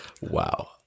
wow